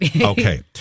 Okay